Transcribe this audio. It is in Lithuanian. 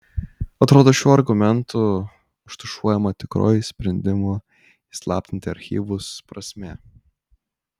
atrodo šiuo argumentu užtušuojama tikroji sprendimo įslaptinti archyvus prasmė